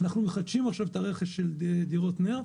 אנחנו מחדשים עכשיו את הרכש של דירות נ"ר.